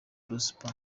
prosper